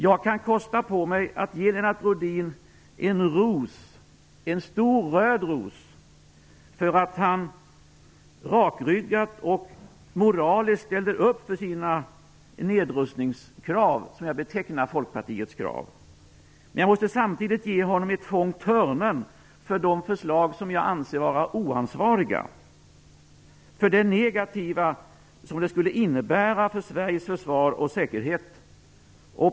Jag kan kosta på mig att ge Lennart Rohdin en ros, en stor röd ros, för att han rakryggat och moraliskt ställde upp för sina nedrustningskrav - jag betecknar Folkpartiets krav så - men jag måste samtidigt ge honom ett fång törnen för de förslag som jag anser vara oansvariga, för det negativa som det skulle innebära för Sveriges försvar och säkerhet.